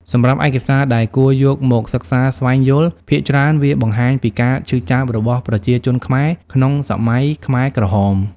សម្រាប់ឯកសារដែលគួរយកមកសិក្សាស្វែងយល់ ភាគច្រើនវាបង្ហាញពីការឈឺចាប់របស់ប្រជាជនខ្មែរក្នុងសម័យខ្មែរក្រហម។